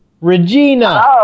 Regina